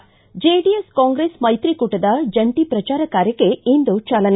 ಿ ಜೆಡಿಎಸ್ ಕಾಂಗ್ರೆಸ್ ಮೈತ್ರಿಕೂಟದ ಜಂಟಿ ಪ್ರಚಾರ ಕಾರ್ಯಕ್ಕೆ ಇಂದು ಚಾಲನೆ